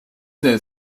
their